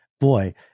boy